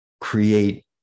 create